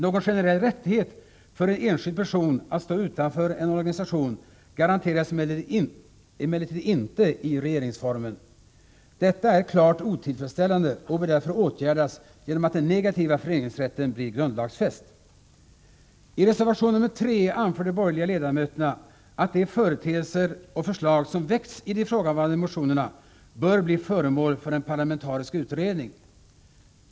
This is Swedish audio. Någon generell rättighet för enskild person att stå utanför en organisation garanteras emellertid inte i regeringsformen. Detta är klart otillfredsställande och bör därför åtgärdas genom att den negativa föreningsrätten blir grundlagsfäst. I reservation nr 3 anför de borgerliga ledamöterna att de företeelser och förslag som tas upp i de ifrågavarande motionerna bör bli föremål för en parlamentarisk utredning.